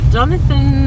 Jonathan